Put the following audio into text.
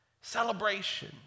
celebration